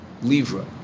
livra